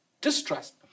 distrust